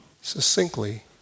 Succinctly